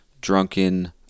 drunken